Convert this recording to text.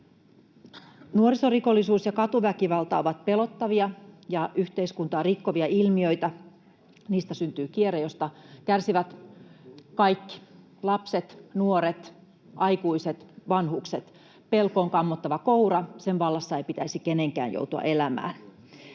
Nuorisorikollisuus ja katuväkivalta ovat pelottavia ja yhteiskuntaa rikkovia ilmiöitä. Niistä syntyy kierre, josta kärsivät kaikki: lapset, nuoret, aikuiset, vanhukset. Pelko on kammottava koura, sen vallassa ei pitäisi kenenkään joutua elämään.